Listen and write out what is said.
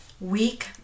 week